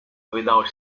without